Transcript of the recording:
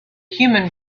human